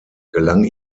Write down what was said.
gelang